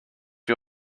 you